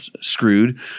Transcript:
screwed